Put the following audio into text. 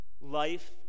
life